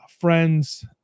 friends